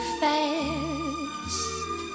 fast